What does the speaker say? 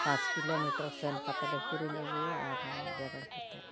ᱯᱟᱸᱪ ᱠᱤᱞᱳᱢᱤᱴᱟᱨ ᱥᱮᱱ ᱠᱟᱛᱮᱫ ᱞᱮ ᱠᱤᱨᱤᱧ ᱟᱹᱜᱩᱭᱟ ᱟᱨ ᱞᱮ ᱡᱮᱨᱮᱲ ᱯᱚᱛᱟᱣᱟ